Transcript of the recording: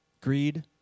greed